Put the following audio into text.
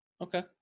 okay